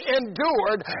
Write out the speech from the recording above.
endured